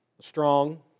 strong